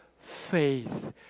faith